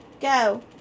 Go